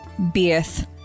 Beeth